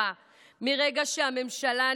מרגע שהממשלה נבחרת,